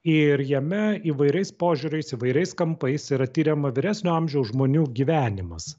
ir jame įvairiais požiūriais įvairiais kampais yra tiriama vyresnio amžiaus žmonių gyvenimas